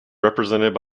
represented